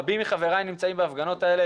רבים מחבריי נמצאים בהפגנות האלה,